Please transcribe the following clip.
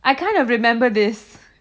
I kind of remember this